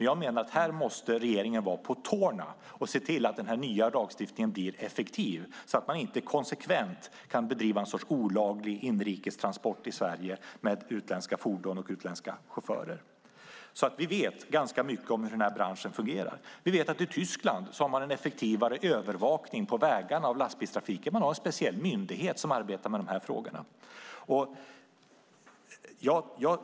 Jag menar att här måste regeringen vara på tårna och se till att den nya lagstiftningen blir effektiv så att man inte konsekvent kan bedriva en sorts olaglig inrikestransport i Sverige med utländska fordon och utländska chaufförer. Vi vet ganska mycket om hur den här branschen fungerar. Vi vet att i Tyskland har man en effektivare övervakning på vägarna av lastbilstrafiken. Man har en speciell myndighet som arbetar med de här frågorna.